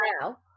now